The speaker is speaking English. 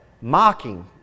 mocking